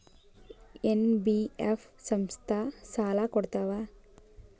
NBF ಸಂಸ್ಥಾ ಸಾಲಾ ಕೊಡ್ತಾವಾ?